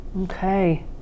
Okay